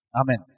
Amen